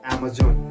Amazon